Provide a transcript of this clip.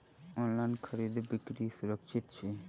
online खरीदै बिक्री सुरक्षित छी